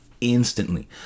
instantly